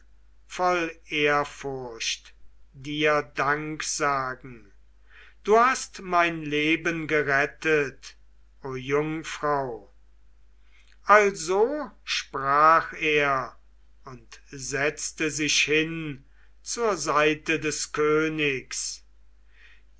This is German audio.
voll ehrfurcht dir danksagen du hast mein leben gerettet o jungfrau also sprach er und setzte sich hin zur seite des königs